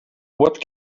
what